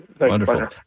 Wonderful